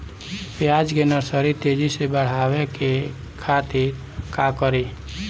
प्याज के नर्सरी तेजी से बढ़ावे के खातिर का करी?